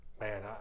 man